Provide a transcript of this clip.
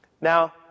Now